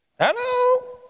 Hello